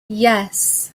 yes